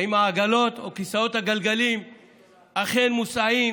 האם העגלות או כיסאות הגלגלים אכן מוסעים